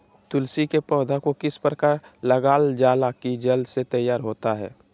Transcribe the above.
तुलसी के पौधा को किस प्रकार लगालजाला की जल्द से तैयार होता है?